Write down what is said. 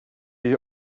die